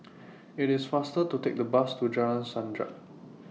IT IS faster to Take The Bus to Jalan Sajak